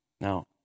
Now